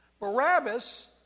Barabbas